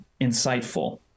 insightful